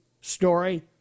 story